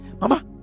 mama